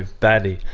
batty.